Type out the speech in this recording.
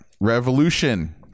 revolution